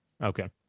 okay